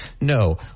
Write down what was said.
No